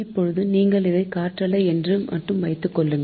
இப்போது நீங்கள் இதை காற்றாலை என்று மட்டும் வைத்துக்கொள்ளுங்கள்